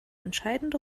entscheidende